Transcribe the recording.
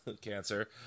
cancer